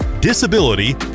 disability